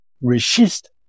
resist